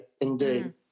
indeed